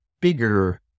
bigger